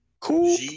Cool